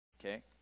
okay